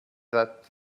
that